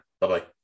Bye-bye